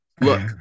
look